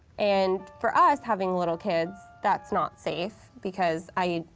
and for us, having little kids, that's not safe because i